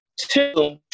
Two